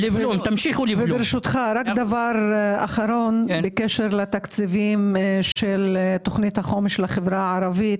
דבר אחרון בקשר לתקציבים של תוכנית החומש של החברה הערבית